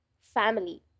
family